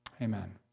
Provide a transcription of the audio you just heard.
Amen